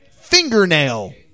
Fingernail